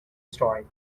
story